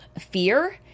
fear